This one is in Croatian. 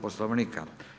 Poslovnika.